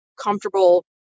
comfortable